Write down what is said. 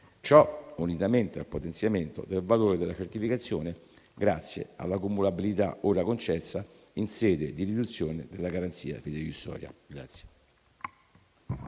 Ciò unitamente al potenziamento del valore della certificazione, grazie alla cumulabilità ora concessa in sede di riduzione della garanzia fideiussoria.